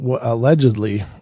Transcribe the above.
allegedly